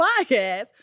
podcast